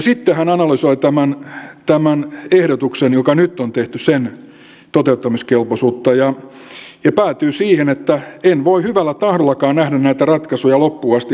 sitten hän analysoi tämän ehdotuksen joka nyt on tehty toteuttamiskelpoisuutta ja päätyy siihen että en voi hyvällä tahdollakaan nähdä näitä ratkaisuja loppuun asti harkituiksi